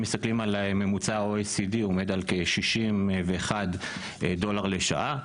כ-61 דולר לשעה.